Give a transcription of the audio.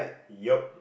yep